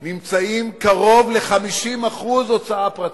אנחנו נמצאים קרוב ל-50% הוצאה פרטית.